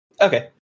Okay